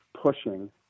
pushing